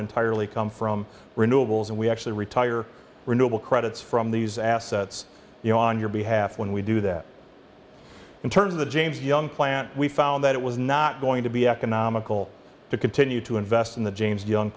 entirely come from renewables and we actually retire renewable credits from these assets you know on your behalf when we do that in terms of the james young plan we found that it was not going to be economical to continue to invest in the james young